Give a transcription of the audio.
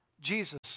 Jesus